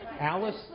Alice